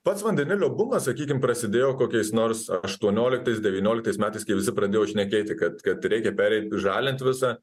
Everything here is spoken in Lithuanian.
pats vandenilio bumas sakykim prasidėjo kokiais nors aštuonioliktais devyniolikais metais kai visi pradėjo šnekėti kad kad reikia pereit žalint visą